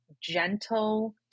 gentle